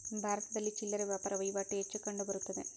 ಭಾರತದಲ್ಲಿ ಚಿಲ್ಲರೆ ವ್ಯಾಪಾರ ವಹಿವಾಟು ಹೆಚ್ಚು ಕಂಡುಬರುತ್ತದೆ